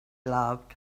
loved